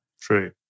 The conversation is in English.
True